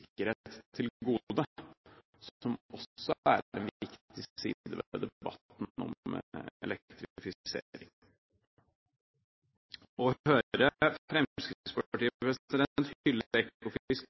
som også er en viktig side ved debatten om elektrifisering.